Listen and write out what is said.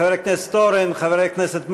חבר הכנסת אורן, חבר הכנסת מקלב,